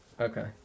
okay